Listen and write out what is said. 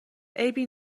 عیبی